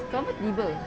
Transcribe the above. kenapa tiba-tiba